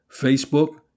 Facebook